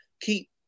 keep